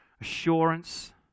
assurance